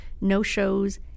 no-shows